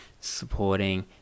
supporting